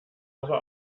aber